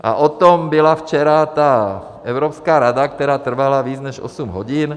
A o tom byla včera ta Evropská rada, která trvala víc než osm hodin.